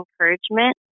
encouragement